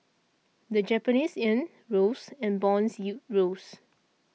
the Japanese yen rose and bond yields rose